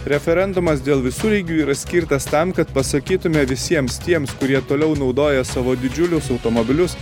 referendumas dėl visureigių yra skirtas tam kad pasakytume visiems tiems kurie toliau naudoja savo didžiulius automobilius